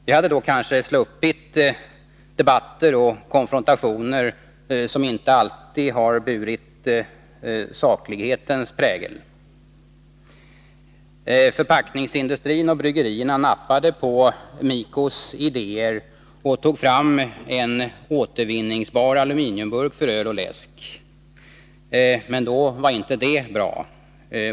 Vi hade då kanske sluppit debatter och konfrontationer, som inte alltid har burit saklighetens prägel. Förpackningsindustrin och bryggerierna nappade på MIKO:s idéer och tog fram en återvinningsbar aluminiumburk för öl och läsk. Men då var inte det bra.